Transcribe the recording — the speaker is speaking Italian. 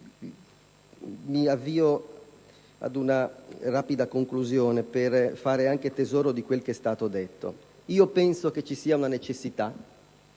Mi avvio ad una rapida conclusione per fare tesoro di quanto è stato detto. Io penso che esista una necessità,